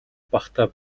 багатай